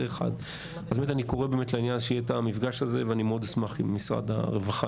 אני קורא שיהיה את המפגש הזה ואני מאוד אשמח אם משרד הרווחה